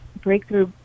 Breakthrough